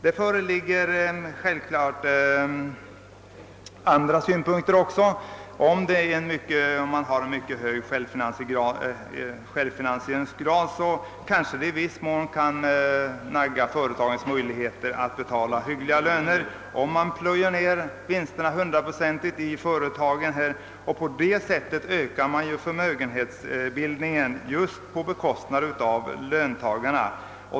Det finns naturligtvis också andra synpunkter på denna fråga. En mycket hög självfinansieringsgrad kan i viss mån nagga företagens möjligheter i kanten att betala hyggliga löner. Om man hundraprocentigt plöjer ned vinsterna i företagen ökar man förmögenhetsbildningen på bekostnad av löntagarna.